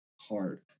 hard